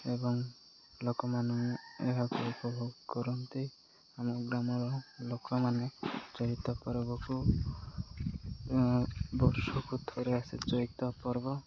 ଏବଂ ଲୋକମାନେ ଏହାକୁ ଉପଭୋଗ କରନ୍ତି ଆମ ଗ୍ରାମର ଲୋକମାନେ ଚଇତ ପର୍ବକୁ ବର୍ଷକୁ ଥରେ ଆସେ ଚଇତ ପର୍ବ